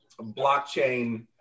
blockchain